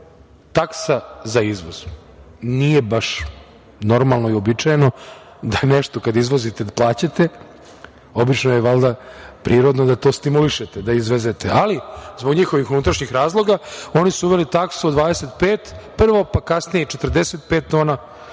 taksa za izvoz. Nije baš normalno i uobičajeno da nešto kada izvozite da plaćate, obično je prirodno da to stimulišete da izvezete, ali zbog njihovih unutrašnjih razloga oni su uveli taksu od 25, pa kasnije od 45 tona